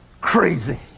crazy